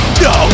no